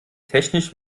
technisch